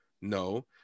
no